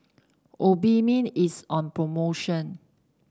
Obimin is on promotion